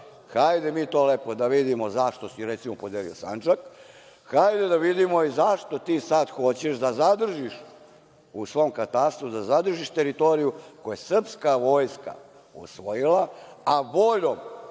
hajde mi to lepo da vidimo zašto si, recimo, podelio Sandžak. Hajde da vidimo i zašto ti sad hoćeš da zadržiš u svom katastru teritoriju koju je srpska vojska osvojila, a voljom